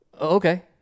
okay